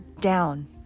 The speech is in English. down